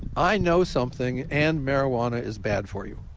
i know something, and marijuana is bad for you.